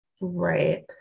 Right